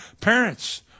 parents